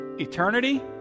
eternity